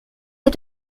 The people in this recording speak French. les